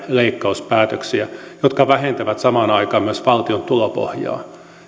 leikkauspäätöksiä jotka vähentävät samaan aikaan myös valtion tulopohjaa